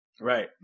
Right